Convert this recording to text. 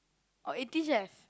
or Eighteen-Chefs